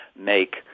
make